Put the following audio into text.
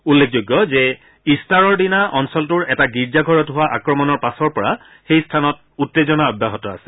উল্লেখযোগ্য যে ইট্টাৰৰ দিনা অঞ্চলটোৰ এটা গীৰ্জাঘৰত হোৱা আক্ৰমণৰ পাছৰ পৰা সেই স্থানত উত্তেজনা অব্যাহত আছে